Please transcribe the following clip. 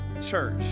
church